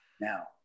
now